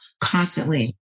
constantly